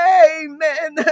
amen